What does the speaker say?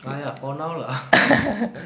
ah ya for now lah